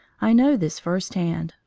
i know this first-hand,